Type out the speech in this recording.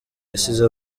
yasize